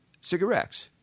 cigarettes